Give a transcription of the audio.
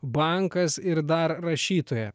bankas ir dar rašytoja